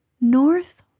North